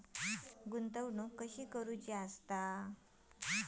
गुंतवणूक कशी करूची?